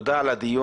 תודה על הדיון,